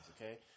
Okay